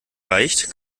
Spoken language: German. reicht